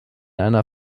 einer